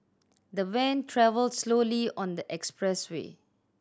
the van travelled slowly on the expressway